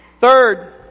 Third